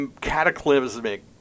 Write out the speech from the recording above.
cataclysmic